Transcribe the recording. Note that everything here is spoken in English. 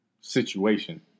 situation